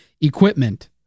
equipment